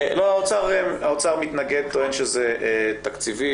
האוצר מתנגד, טוען שזה תקציבי.